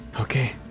Okay